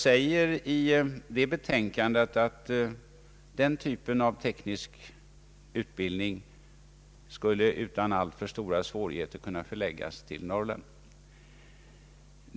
I det betänkandet sägs att den typen av teknisk utbildning skulle utan alltför stora svårigheter kunna förläggas till Norrland.